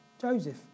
Joseph